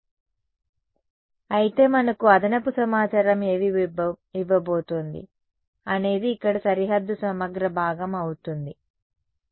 కాబట్టి అయితే మనకు అదనపు సమాచారం ఏమి ఇవ్వబోతోంది అనేది ఇక్కడ సరిహద్దు సమగ్ర భాగం అవుతుంది సరే